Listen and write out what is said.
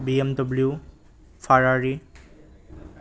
BMW Ferrari